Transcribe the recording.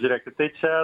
žiūrėkit tai čia